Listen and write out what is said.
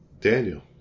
Daniel